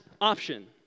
option